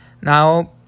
Now